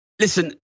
Listen